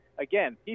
again